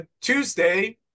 Tuesday